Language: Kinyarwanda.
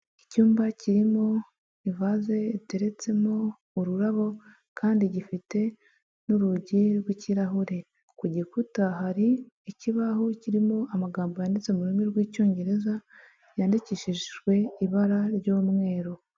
Icyumba kirimo ivaze iteretsemo ururabo kandi gifite n'urugi rw'ikirahure, ku gikuta hari ikibaho kirimo amagambo yanditse mu rurimi rw'icyongereza yandikishishijwe ibara ry'umweru.